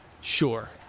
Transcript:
Sure